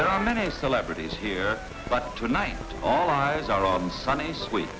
there are many celebrities here but tonight all eyes are on sonny sweet